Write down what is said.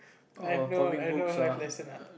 I have no I have no life lesson ah